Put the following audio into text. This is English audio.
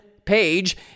page